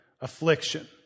affliction